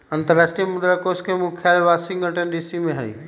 अंतरराष्ट्रीय मुद्रा कोष के मुख्यालय वाशिंगटन डीसी में हइ